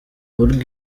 org